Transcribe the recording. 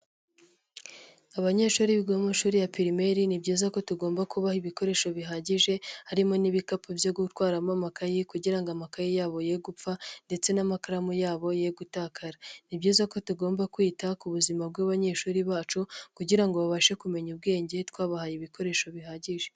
Abanyeshuri biga mu mashuri ya pirimeri ni byiza ko tugomba kubaha ibikoresho bihagije, harimo n'ibikapu byo gutwaramo amakayi kugira ngo amakaye yabo ye gupfa, ndetse n'amakaramu yabo ye gutakara. Ni byiza ko tugomba kwita ku buzima bw'abanyeshuri bacu, kugira ngo babashe kumenya ubwenge twabahaye ibikoresho bihagije.